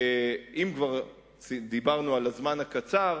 אם כבר דיברנו על הזמן הקצר,